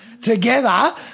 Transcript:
together